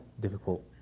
difficult